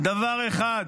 דבר אחד: